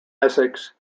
essex